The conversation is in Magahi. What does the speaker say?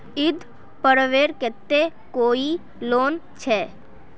ईद पर्वेर केते कोई लोन छे?